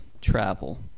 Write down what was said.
Travel